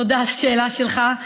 תודה על השאלה שלך.